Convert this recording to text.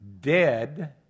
dead